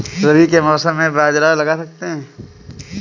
रवि के मौसम में बाजरा लगा सकते हैं?